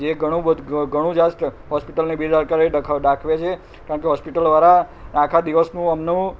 જે ઘણું ઘણું હોસ્પિટલની બેદારકારી દાખવે છે કારણ કે હોસ્પિટલવાળા આખા દિવસનું એમનું